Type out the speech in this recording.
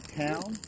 town